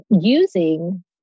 using